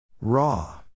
Raw